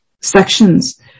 sections